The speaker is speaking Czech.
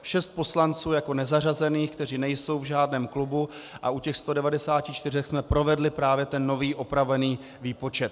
Šest poslanců jako nezařazených, kteří nejsou v žádném klubu, a u těch 194 jsme provedli právě ten nový opravený výpočet.